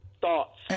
thoughts